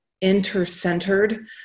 inter-centered